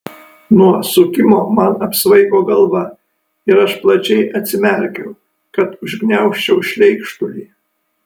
nuo sukimo man apsvaigo galva ir aš plačiai atsimerkiau kad užgniaužčiau šleikštulį